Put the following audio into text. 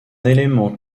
élément